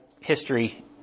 history